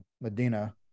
Medina